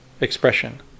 expression